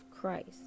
Christ